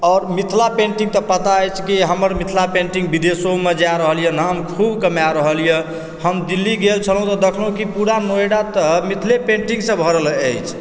आओर मिथिला पेंटिङ्ग तऽ पता अछि की हमर मिथिला पेंटिङ्ग विदेशोमे जाए रहल यऽ नाम खूब कमाए रहल यऽ हम दिल्ली गेल छलहुँ तऽ देखलहुँ कि पूरा नॉएडा तऽ मिथिले पेंटिङ्गसंँ भरल अछि